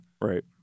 Right